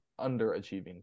underachieving